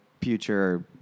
future